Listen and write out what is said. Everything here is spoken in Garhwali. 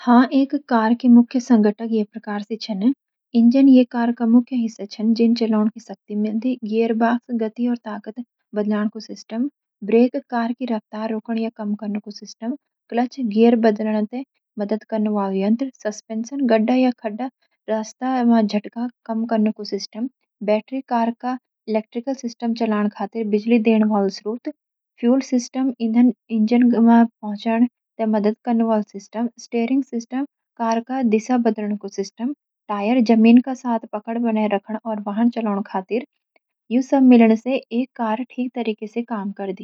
हां, एक कार के मुख्य संघटक ये प्रकार सी छन: इंजन - ये कार का मुख्य हिस्सा छन, जिन चलोन की शक्ति मिलदी। गियरबॉक्स - गति और ताकत बदल्याण कु सिस्टम। ब्रेक - कार की रफ्तार रोकण या कम कन कु सिस्टम। क्लच - गियर बदलण तैं मदद कन वालु यंत्र। सस्पेंशन - गड्डा या खड़ा रास्ता मा झटका कम कन कु सिस्टम। बैटरी - कार का इलेक्ट्रिकल सिस्टम चालण खातिर बिजली देण वालू स्रोत। फ्यूल सिस्टम - ईंधन इंजन मा पहुँचन तैं मदद कन वालू सिस्टम। स्टीयरिंग सिस्टम - कार का दिशा बदलण कु सिस्टम। टायर - जमीन का साथ पकड़ बने राखण और वाहन चालोण खातिर। यूं सब मिलण से एक कार ठीक तरिके से काम करदी।